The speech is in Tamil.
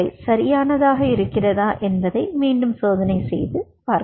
இவை சரியானதாக இருக்கிறதா என்பதை மீண்டும் சோதனை செய்து பார்க்கலாம்